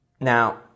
Now